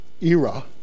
era